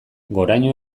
goraño